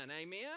Amen